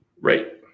right